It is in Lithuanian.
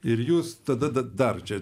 ir jūs tada da dar čia